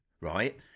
right